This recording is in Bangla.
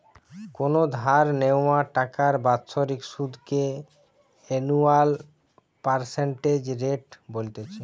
কোনো ধার নেওয়া টাকার বাৎসরিক সুধ কে অ্যানুয়াল পার্সেন্টেজ রেট বলতিছে